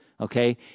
okay